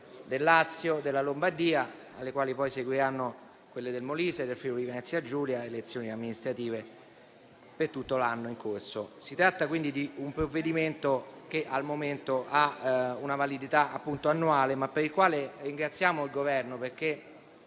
del Lazio e della Lombardia, alle quali poi seguiranno quelle del Molise, del Friuli-Venezia Giulia e le elezioni amministrative per tutto l'anno in corso. Si tratta quindi di un provvedimento che al momento ha una validità annuale, ma per il quale ringraziamo il Governo, perché